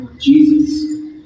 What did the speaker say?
Jesus